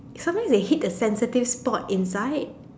sometimes they hit a sensitive spot inside